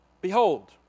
Behold